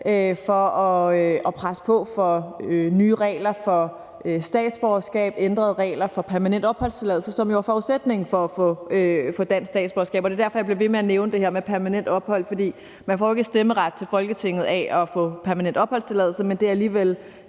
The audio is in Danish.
for at presse på for nye regler for statsborgerskab og ændrede regler for permanent opholdstilladelse, som jo er forudsætningen for at få dansk statsborgerskab. Det er derfor, jeg bliver ved med at nævne det her med permanent ophold, for man får jo ikke stemmeret til Folketinget af at få permanent opholdstilladelse, men det er alligevel